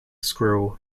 squirrel